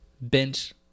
bench